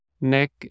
neck